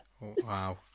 Wow